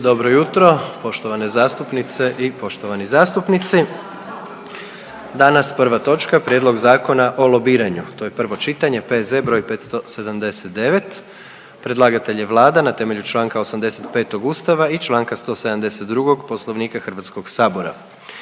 Dobro jutro, poštovane zastupnice i poštovani zastupnici. Danas, prva točka: - Prijedlog Zakona o lobiranju, prvo čitanje, P.Z. br. 579 Predlagatelj je Vlada na temelju čl. 85. Ustava RH i čl. 172. Poslovnika Hrvatskoga sabora.